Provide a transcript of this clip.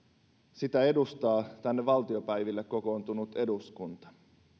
sitä edustaa tänne valtiopäiville kokoontunut eduskunta